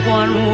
one